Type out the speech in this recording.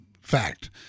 fact